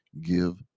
Give